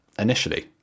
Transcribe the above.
initially